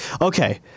okay